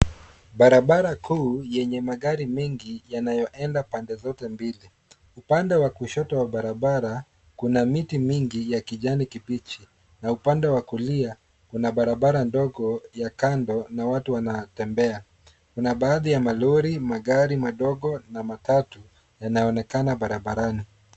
Barabara kuu yenye magari mengi yanayoenda pande zote mbili. Upande wa kushoto wa barabara kuna miti mingi ya kijani kibichi na upande wa kulia kuna barabara ndogo ya kando na watu wanatembea. Kuna baadhi ya malori, magari madogo na matatu yanayoonekana barabarani.